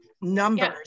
numbers